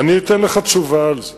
אני אתן לך תשובה על זה.